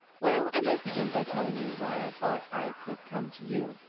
well, i might begin by telling you why i thought i could come to you.